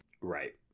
Right